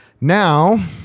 now